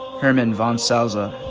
hermann von salva,